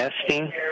testing